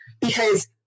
because-